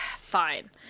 Fine